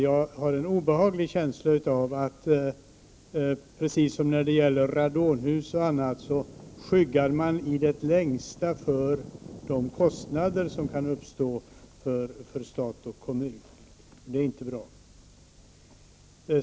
Jag har en obehaglig känsla av att man i det längsta, precis som när det gäller radonhus, skyggar för de kostnader som kan uppstå för stat och kommun. Det är inte bra.